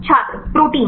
छात्र प्रोटीन